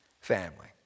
family